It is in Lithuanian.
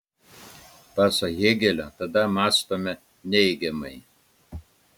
pasak hėgelio tada mąstome neigiamai